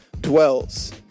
dwells